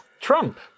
Trump